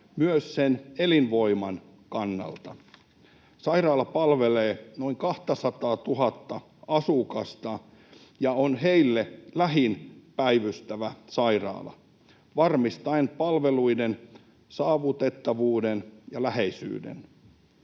myös sen elinvoiman kannalta. Sairaala palvelee noin 200 000 asukasta ja on heille lähin päivystävä sairaala varmistaen palveluiden saavutettavuuden ja läheisyyden.